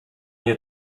nie